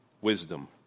Wisdom